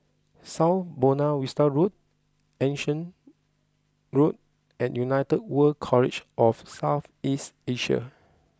South Buona Vista Road Anson Road and United World College of South East Asia